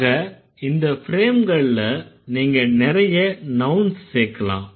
ஆக இந்த ஃப்ரெம்கள்ல நீங்க நிறைய நவ்ன்ஸ் சேர்க்கலாம்